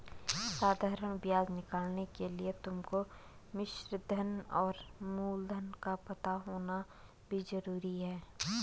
साधारण ब्याज निकालने के लिए तुमको मिश्रधन और मूलधन का पता होना भी जरूरी है